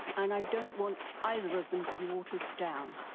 and i don't want either of them to be watered down.